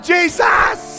Jesus